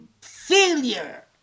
failure